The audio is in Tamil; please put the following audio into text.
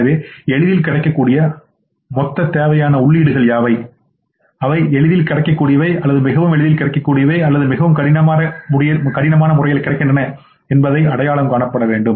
எனவே எளிதில் கிடைக்கக்கூடிய மொத்த தேவையான உள்ளீடுகள் யாவை அவை எளிதில் கிடைக்கக்கூடியவை அல்லது அவை மிகவும் எளிதில் கிடைக்கக்கூடியவை மற்றும் மிகவும் கடினமான முறையில் கிடைக்கின்றன என்பதை அடையாளம் காணப்பட வேண்டும்